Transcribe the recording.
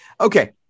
Okay